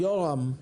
יורם לביאנט,